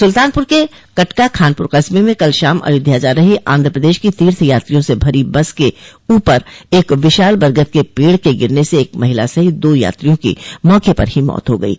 सुल्तानपुर के कटका खानपुर कस्ब में कल शाम अयोध्या जा रही आन्ध्र प्रदेश की तीर्थ यात्रियों से भरी बस के ऊपर एक विशाल बरगद के पेड़ के गिरने से एक महिला सहित दो यात्रियों की मौके पर ही मौत हो गयी